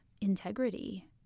integrity